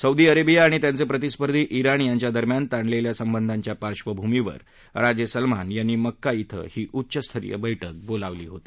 Saudi Arabia आणि त्यांचे प्रतिस्पर्धी जिण यांच्या दरम्यान ताणलेल्या संबंधाच्या पार्बभूमीवर राजे सलमान यांनी मक्का क्वें ही उच्चस्तरीय बर्क्क बोलावली होती